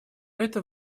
это